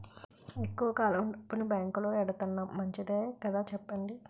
ఎక్కువ కాలం డబ్బును బాంకులో ఎడతన్నాం మంచిదే కదా చెప్పండి